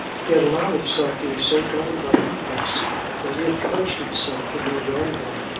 he had allowed himself to be so governed by impulse that he had pledged himself to lady ongar,